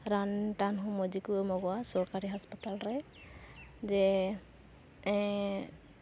ᱨᱟᱱ ᱴᱟᱱ ᱦᱚᱸ ᱢᱚᱡᱽ ᱜᱮ ᱮᱢᱚᱜᱚᱜᱼᱟ ᱥᱚᱨᱠᱟᱨᱤ ᱦᱟᱥᱯᱟᱛᱟᱞ ᱨᱮ ᱡᱮ ᱮᱜ